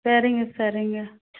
சரிங்க சரிங்க